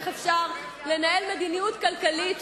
איך אפשר לנהל מדיניות כלכלית,